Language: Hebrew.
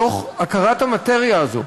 מתוך הכרת המאטריה הזאת,